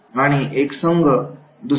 आणि एक संघ दुसऱ्या संघाबरोबर तुलना करीत होता